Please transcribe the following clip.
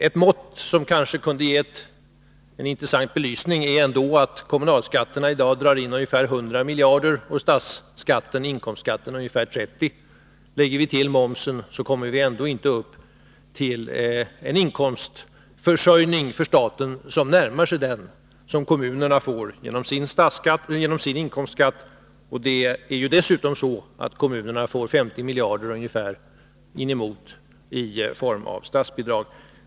Ett mått som kanske kan ge en intressant belysning är att kommunalskatterna i dag drar in ungefär 100 miljarder och den statliga inkomstskatten ungefär 30 miljarder. Lägger vi till momsen kommer vi ändå inte upp till en inkomstförsörjning för staten som närmar sig den som kommunerna får genom sin inkomstskatt. Kommunerna får dessutom inemot 50 miljarder i form av statsbidrag.